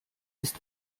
ist